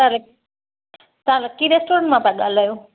तव्हां लक तव्हां लक्की रेस्टोरंट मां था ॻाल्हायो